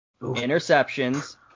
Interceptions